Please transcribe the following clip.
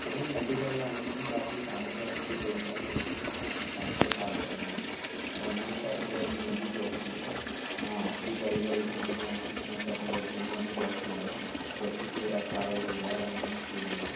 اور میں medical line میں ہوں کافی ٹائم سے ایکسپیرینس ہے میرے کو پانچ چھ سال کا ہو گیا ہے اور میں نے پیتھولوجی میں بھی جاب کی ہے ہاں اب کی بڑی بڑی کمپنیاں ہیں اس میں پیتھولوجی میں میں نے جاب کیا ہے جیسے کہ ایس آر ایل ہو گیا رین میکسی ہو گیا